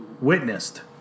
witnessed